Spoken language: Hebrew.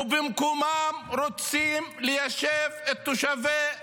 ובמקומם רוצים ליישב את תושבי דימונה.